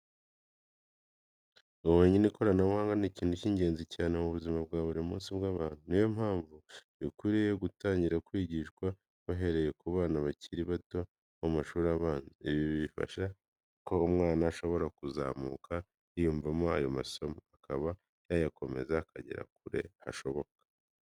Ubumenyi n'ikoranabuhanga ni ikintu cy'ingenzi cyane mu buzima bwa buri munsi bw'abantu. Ni yo mpamvu bikwiriye gutangira kwigishwa bahereye ku bana bakiri bato bo mu mashuri abanza. Ibi bifasha ko umwana ashobora kuzamuka yiyumvamo ayo masomo, akaba yayakomeza akagera kure hashoboka.